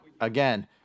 again